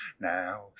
Now